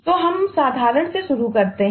तो हम साधारण से शुरू करते हैं